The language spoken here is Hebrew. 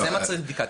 זה מצריך בדיקה.